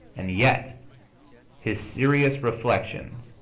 and yet his serious reflections,